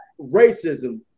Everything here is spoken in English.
racism